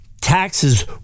taxes